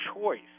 choice